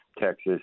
Texas